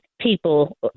people